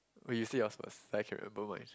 oh you see yours first I can remember mine